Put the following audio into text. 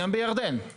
גם בירדן.